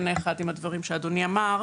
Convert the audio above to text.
חייבים לעשות את זה ביחד עם הנוער.